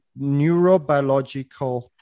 neurobiological